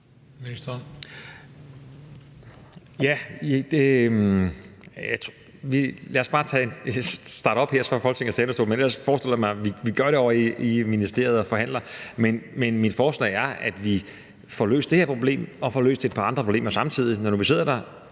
Heunicke): Lad os bare starte her fra Folketingets talerstol, men ellers forestiller jeg mig, at vi gør det ovre i ministeriet, hvor vi forhandler. Mit forslag er, at vi får løst det her problem og får løst et par andre problemer samtidig, når nu vi sidder der,